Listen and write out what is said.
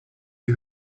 die